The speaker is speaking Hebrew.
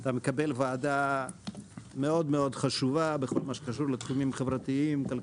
אתה מקבל ועדה חשובה מאוד בכל מה שקשור לתחומים חברתיים-כלכליים.